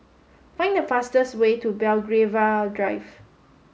find the fastest way to Belgravia Drive